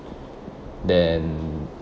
than